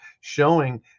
showing